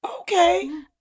Okay